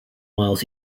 miles